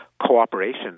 Cooperation